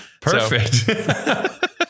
Perfect